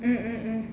mm mm mm